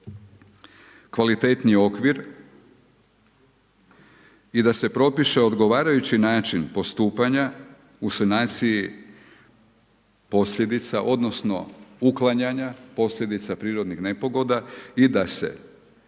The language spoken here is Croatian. kvalitetniji okvir i da se propiše odgovarajući način postupanja o sanaciji posljedica odnosno uklanjanja posljedica prirodnih nepogoda i da se